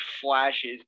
flashes